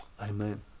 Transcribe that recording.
Amen